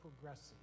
progressive